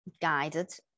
guided